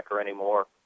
anymore